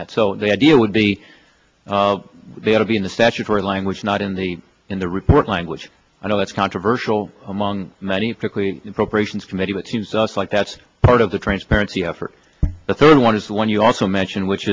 that so the idea would be there to be in the statutory language not in the in the report language i know that's controversial among many prickly appropriations committee it seems like that's part of the transparency effort the third one is the one you also mention which